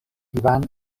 ivan